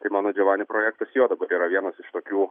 tai mano džiovani projektas jo dabar yra vienas iš tokių